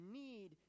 need